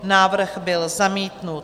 Návrh byl zamítnut.